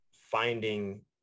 finding